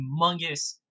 humongous